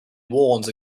warns